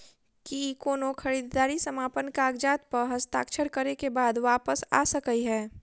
की कोनो खरीददारी समापन कागजात प हस्ताक्षर करे केँ बाद वापस आ सकै है?